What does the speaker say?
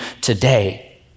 today